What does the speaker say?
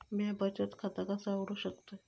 म्या बचत खाता कसा उघडू शकतय?